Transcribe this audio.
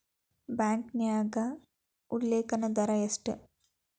ಬ್ಯಾಂಕ್ನ್ಯಾಗ ಉಲ್ಲೇಖ ದರ ಎಷ್ಟ